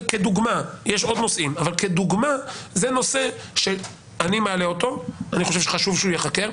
כדוגמה יש עוד נושאים שאני מעלה אותו כי אני חושב שחשוב שהוא ייחקר.